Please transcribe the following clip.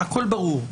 הכול ברור,